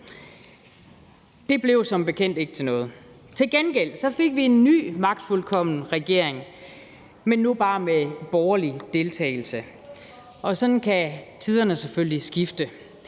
Det blev som bekendt ikke til noget. Til gengæld fik vi en ny magtfuldkommen regering, men nu bare med borgerlig deltagelse. Og sådan kan tiderne selvfølgelig skifte.